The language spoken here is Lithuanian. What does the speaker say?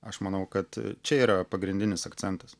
aš manau kad čia yra pagrindinis akcentas